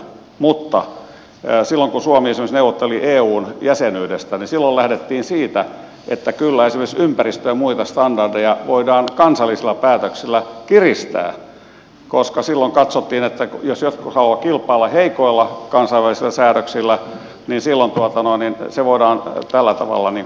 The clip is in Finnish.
mutta silloin kun suomi esimerkiksi neuvotteli eun jäsenyydestä niin silloin lähdettiin siitä että kyllä esimerkiksi ympäristö ja muita standardeja voidaan kansallisilla päätöksillä kiristää koska silloin katsottiin että jos jotkut haluavat kilpailla heikoilla kansainvälisillä säädöksillä niin silloin se voidaan tällä tavalla estää